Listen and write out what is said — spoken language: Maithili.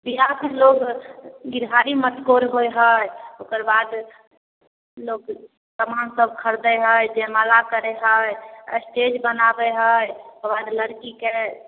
बिआहमे लोक गीतहारि मटकोर होइ हइ ओकरबाद लोक समानसब खरिदै हइ जयमाला करै हइ स्टेज बनाबै हइ ओकरबाद लड़कीके